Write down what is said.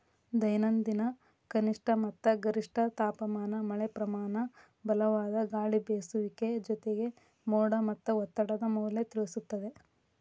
ದೈನಂದಿನ ಕನಿಷ್ಠ ಮತ್ತ ಗರಿಷ್ಠ ತಾಪಮಾನ ಮಳೆಪ್ರಮಾನ ಬಲವಾದ ಗಾಳಿಬೇಸುವಿಕೆ ಜೊತೆಗೆ ಮೋಡ ಮತ್ತ ಒತ್ತಡದ ಮೌಲ್ಯ ತಿಳಿಸುತ್ತದೆ